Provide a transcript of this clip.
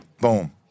Boom